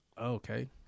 Okay